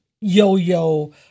yo-yo